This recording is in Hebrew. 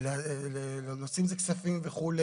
אין לנו עניין להוציא מזה כספים וכו'.